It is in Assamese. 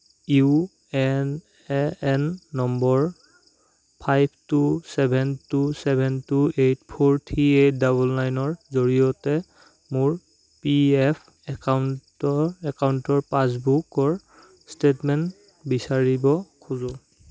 U N A N number five two seven two seven two eight four three eight double নাইনৰ জৰিয়তে মোৰ পি এফ একাউণ্টৰ একাউণ্টৰ পাছবুকৰ ষ্টে'টমেণ্ট বিচাৰিব খোজো